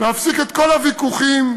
להפסיק את כל הוויכוחים,